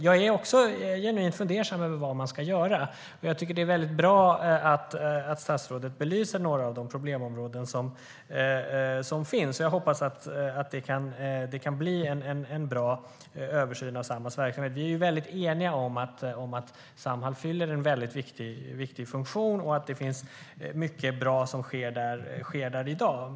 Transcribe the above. Jag är också genuint fundersam över vad man ska göra, och det är bra att statsrådet belyser några av de problemområden som finns. Jag hoppas att det kan bli en bra översyn av Samhalls verksamhet. Vi är eniga om att Samhall fyller en viktig funktion och att mycket bra sker där i dag.